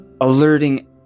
Alerting